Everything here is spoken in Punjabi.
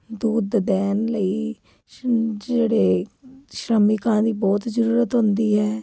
ਦੁੱਧ ਦੇਣ ਲਈ ਜਿਹੜੇ ਸ਼੍ਰਮਣੀਕਾ ਦੀ ਬਹੁਤ ਜ਼ਰੂਰਤ ਹੁੰਦੀ ਹੈ